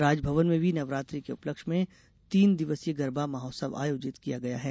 राजभवन में भी नवरात्रि के उपलक्ष्य में तीन दिवसीय गरबा महोत्सव आयोजित किया गया है